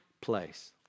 place